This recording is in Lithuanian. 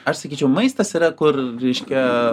aš sakyčiau maistas yra kur reiškia